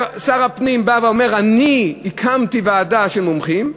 שר הפנים בא ואומר: אני הקמתי ועדה של מומחים,